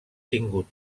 tingut